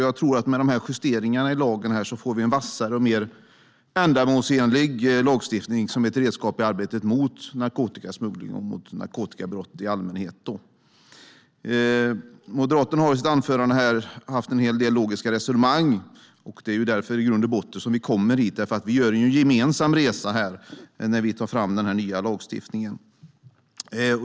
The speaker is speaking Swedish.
Jag tror att med de här justeringarna i lagen får vi en vassare och mer ändamålsenlig lagstiftning som ett redskap i arbetet mot narkotikasmuggling och mot narkotikabrott i allmänhet. Moderaterna har i sitt anförande här haft en del logiska resonemang. Det är i grund och botten därför som vi kommer hit. Vi gör en gemensam resa när vi tar fram den här nya lagstiftningen.